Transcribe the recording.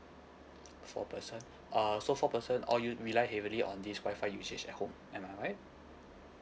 four person uh so four person all use rely heavily on this Wi-Fi usage at home am I right